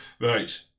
Right